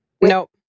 Nope